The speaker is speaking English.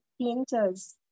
painters